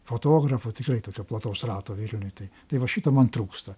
fotografų tikrai tokio plataus rato vilniuj tai tai va šito man trūksta